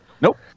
Nope